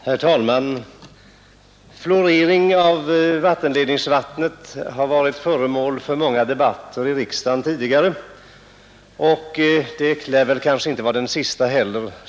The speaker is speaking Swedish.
Herr talman! Frågan om fluoridering av vattenledningsvatten har varit föremål för många debatter tidigare i riksdagen, och den debatt vi nu för lär väl inte heller bli den sista.